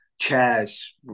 Chairs